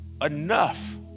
enough